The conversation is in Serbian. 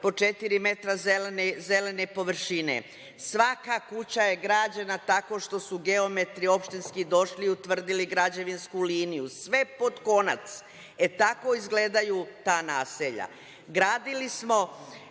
četiri metra zelene površine. Svaka kuća je građena tako što su geometri opštinski došli i utvrdili građevinsku liniju, sve pod konac. E, tako izgledaju ta naselja. Gradili smo,